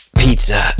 Pizza